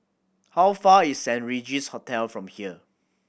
how far is Saint Regis Hotel from here